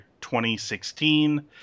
2016